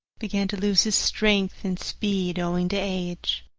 began to lose his strength and speed owing to age.